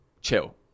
chill